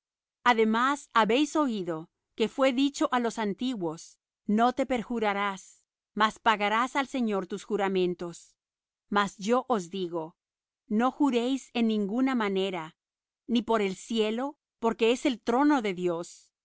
además habéis oído que fué dicho á los antiguos no te perjurarás mas pagarás al señor tus juramentos mas yo os digo no juréis en ninguna manera ni por el cielo porque es el trono de dios